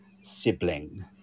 sibling